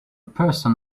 person